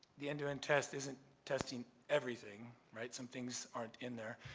the end-to-end test isn't testing everything, right? some things aren't in there.